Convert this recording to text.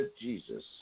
Jesus